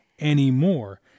anymore